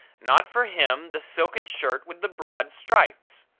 not for him the silken shirt with the broad stripes.